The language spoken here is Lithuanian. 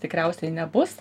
tikriausiai nebus